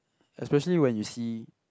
especially when you see